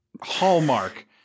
Hallmark